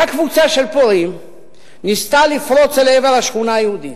אותה קבוצה של פורעים ניסתה לפרוץ אל עבר השכונה היהודית,